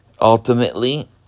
Ultimately